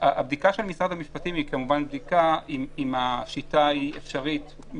כי הפתיחה של הקניונים אמורה הייתה להיות רק ב-R